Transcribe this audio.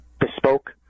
bespoke